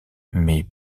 mais